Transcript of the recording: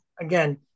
Again